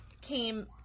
came